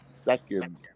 second